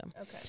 Okay